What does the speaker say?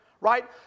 right